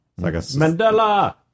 Mandela